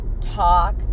talk